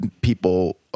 people